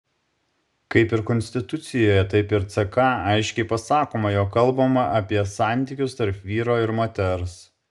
kaip ir konstitucijoje taip ir ck aiškiai pasakoma jog kalbama apie santykius tarp vyro ir moters